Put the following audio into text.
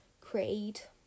create